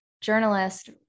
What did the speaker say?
journalist